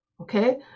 okay